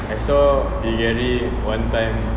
I saw figadi one time